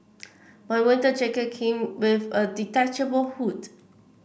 my winter jacket came with a detachable hood